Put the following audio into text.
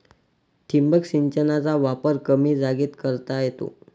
ठिबक सिंचनाचा वापर कमी जागेत करता येतो